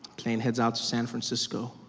plane heads out to san francisco.